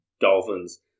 Dolphins